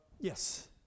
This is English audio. Yes